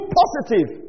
positive